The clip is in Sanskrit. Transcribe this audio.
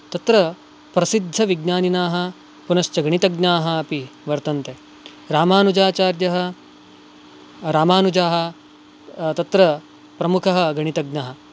तत्र प्रसिद्धविज्ञानिनाः पुनश्च गणितज्ञाः अपि वर्तन्ते रामानुजाचार्यः रामानुजाः तत्र प्रमुखः गणितज्ञः